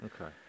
Okay